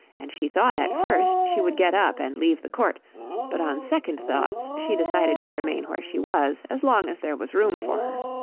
and she thought at first she would get up and leave the court but on second thoughts she decided to remain where she was as long as there was room for her.